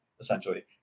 essentially